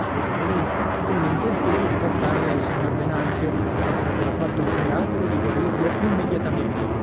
suo tavolino con l'intenzione di portarle al signor venanzio e che avrebbero fatto il miracolo di guarirlo immediatamente